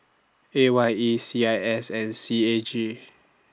A Y E C I S and C A G